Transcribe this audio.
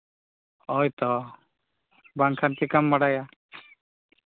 ᱦᱳᱭ ᱛᱚ ᱵᱟᱝᱠᱷᱟᱱ ᱪᱤᱠᱟᱹᱢ ᱵᱟᱲᱟᱭᱟ